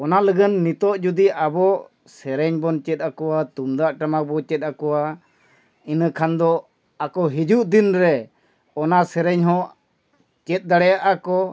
ᱚᱱᱟ ᱞᱟᱜᱟᱱ ᱱᱤᱛᱚᱜ ᱡᱩᱫᱤ ᱟᱵᱚ ᱥᱮᱨᱮᱧ ᱵᱚᱱ ᱪᱮᱫ ᱟᱠᱚᱣᱟ ᱛᱩᱢᱫᱟᱜ ᱴᱟᱢᱟᱠ ᱵᱚ ᱪᱮᱫ ᱟᱠᱚᱣᱟ ᱤᱱᱟᱹ ᱠᱷᱟᱱ ᱫᱚ ᱟᱠᱚ ᱦᱤᱡᱩᱜ ᱫᱤᱱ ᱨᱮ ᱚᱱᱟ ᱥᱮᱨᱮᱧ ᱦᱚᱸ ᱪᱮᱫ ᱫᱟᱲᱮᱭᱟᱜ ᱟᱠᱚ